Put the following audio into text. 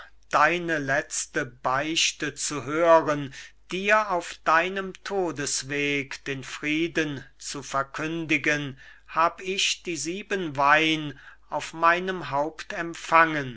deine letzte beichte zu hören dir auf deinem todesweg den frieden zu verkündigen hab ich die sieben weihn auf